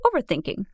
overthinking